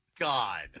God